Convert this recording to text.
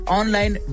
online